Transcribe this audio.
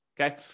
okay